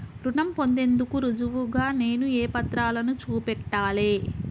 రుణం పొందేందుకు రుజువుగా నేను ఏ పత్రాలను చూపెట్టాలె?